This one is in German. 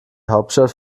hauptstadt